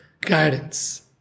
guidance